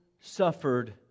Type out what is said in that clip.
suffered